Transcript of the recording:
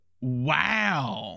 Wow